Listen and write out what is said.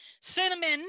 cinnamon